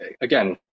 again